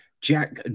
Jack